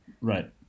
right